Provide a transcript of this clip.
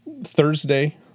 Thursday